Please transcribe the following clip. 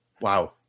Wow